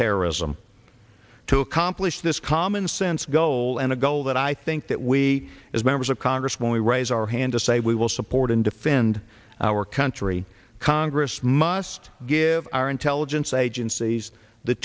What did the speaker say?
terrorism to accomplish this common sense goal and a goal that i think that we as members of congress when we raise our hand to say we will support and defend our country congress must give our intelligence agencies the